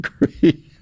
agree